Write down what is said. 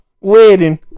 wedding